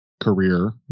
career